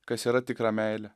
kas yra tikra meilė